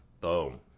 Boom